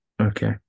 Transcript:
Okay